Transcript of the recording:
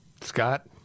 Scott